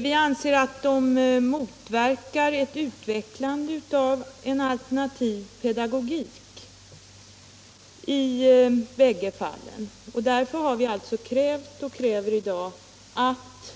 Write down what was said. Vi anser vidare att betygen motverkar ett utvecklande av en alternativ pedagogik i bägge fallen, och därför har vi alltså krävt och kräver i dag att